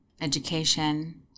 education